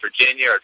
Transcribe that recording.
virginia